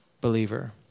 believer